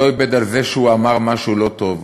לא איבד על זה שאמר משהו לא טוב,